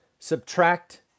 subtract